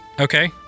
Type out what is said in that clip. Okay